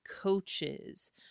coaches